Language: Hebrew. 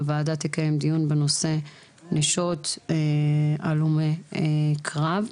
הוועדה תקיים דיון בנושא נשות הלומי קרב.